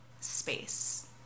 space